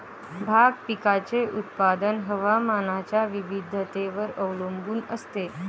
भाग पिकाचे उत्पादन हवामानाच्या विविधतेवर अवलंबून असते